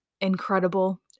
incredible